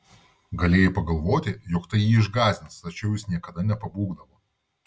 galėjai pagalvoti jog tai jį išgąsdins tačiau jis niekada nepabūgdavo